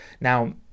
Now